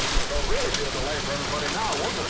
oh, there'll really be a delay for everybody now, won't there?